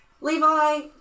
Levi